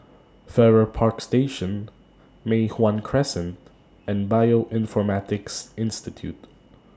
Farrer Park Station Mei Hwan Crescent and Bioinformatics Institute